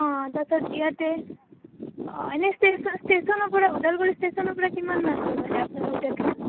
অঁ তাৰপাছত ইয়াতে অঁ এনেই ষ্টেচন ষ্টেচনৰ পৰা ওদালগুৰি ষ্টেচনৰ পৰা কিমানমান দূৰ মানে আপোনাৰ হোটেলখন